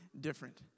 different